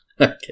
Okay